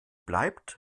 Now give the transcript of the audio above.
bleibt